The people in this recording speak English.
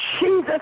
Jesus